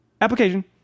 application